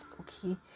okay